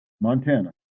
Montana